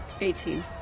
18